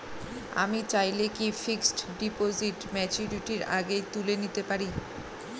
আমি চাইলে কি ফিক্সড ডিপোজিট ম্যাচুরিটির আগেই তুলে নিতে পারি?